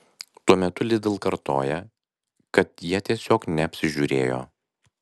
tuo metu lidl kartoja kad jie tiesiog neapsižiūrėjo